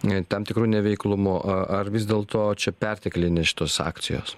tam tikru neveiklumu ar vis dėl to čia perteklinės šitos akcijos